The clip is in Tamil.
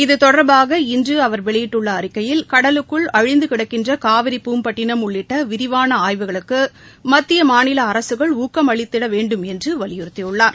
இது தொடர்பாக இன்று அவர் வெளியிட்டுள்ள அறிக்கையில் கடலுக்குள் அழிந்துகிடக்கின்ற காவிரி பூம்பட்டினம் உள்ளிட்ட விரிவான ஆய்வுகளுக்கு மத்திய மாநில அரசுகள் ஊக்கம் அளித்திட வேண்டுமென்று வலியுறுத்தியுள்ளார்